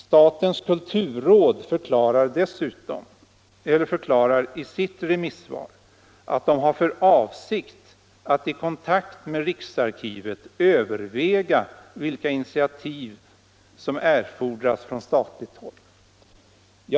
Statens kulturråd säger i sitt remissvar att man har för avsikt att i kontakt med riksarkivet överväga vilka initiativ som erfordras från statligt håll.